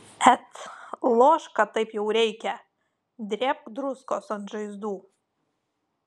et lošk kad taip jau reikia drėbk druskos ant žaizdų